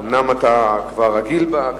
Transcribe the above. אומנם אתה כבר רגיל בכנסת,